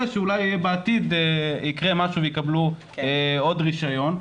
שאולי בעתיד יקרה משהו והם יקבלו עוד רישיון,